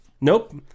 Nope